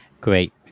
Great